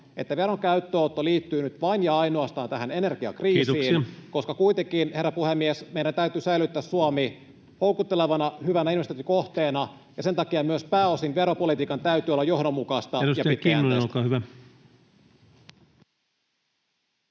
että veron käyttöönotto liittyy nyt vain ja ainoastaan tähän energiakriisiin, [Puhemies: Kiitoksia!] koska kuitenkin, herra puhemies, meidän täytyy säilyttää Suomi houkuttelevana, hyvänä investointikohteena, ja sen takia myös pääosin veropolitiikan täytyy olla johdonmukaista ja pitkäjänteistä.